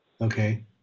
okay